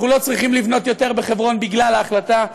אנחנו לא צריכים לבנות יותר בחברון בגלל ההחלטה,